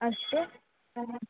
अस्तु